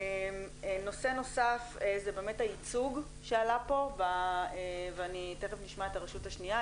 נושא נוסף זה באמת הייצוג שעלה פה ותיכף נשמע את הרשות השניה,